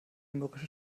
mürrische